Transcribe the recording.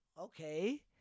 okay